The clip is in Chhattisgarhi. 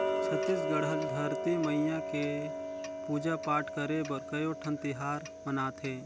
छत्तीसगढ़ हर धरती मईया के पूजा पाठ करे बर कयोठन तिहार मनाथे